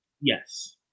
Yes